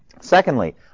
Secondly